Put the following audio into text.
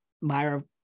myra